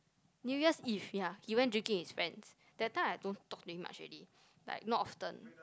New Year's Eve ya he went drinking with his friends that time I don't talk to him much already like not often